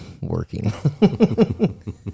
working